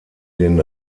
den